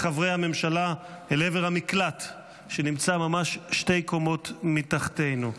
חברי הממשלה אל עבר המקלט שנמצא ממש שתי קומות מתחתינו.